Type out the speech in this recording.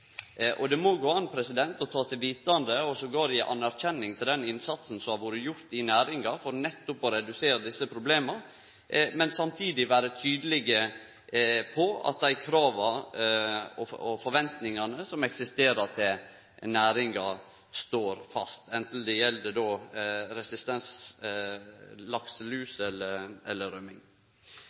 Det må gå an å ta til vitande og endåtil gje ros for den innsatsen som har vore gjord i næringa for nettopp å redusere desse problema, men samtidig vere tydeleg på at dei krava og forventningane som eksisterer til næringa, står fast, anten det gjeld